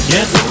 Yes